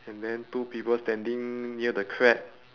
and then two people standing near the crab